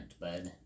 bud